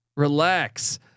relax